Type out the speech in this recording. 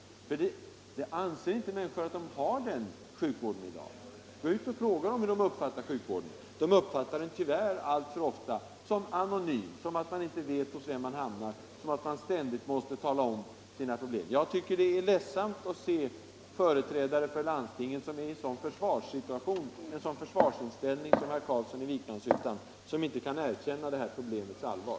Människorna anser inte att de har den sjukvården i dag. Gå ut och fråga dem hur de uppfattar sjukvården! De uppfattar den tyvärr alltför ofta som anonym =— de vet inte hos vem de hamnar och måste ständigt på nytt lägga fram sina problem. Det är ledsamt att se företrädare för landstingen inta en sådan försvarsställning som herr Carlsson i Vikmanshyttan, i stället för att erkänna problemets allvar.